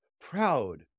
proud